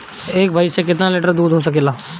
एक भइस से कितना लिटर दूध हो सकेला?